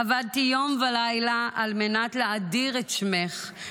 "עבדתי יום ולילה על מנת להאדיר את שמך,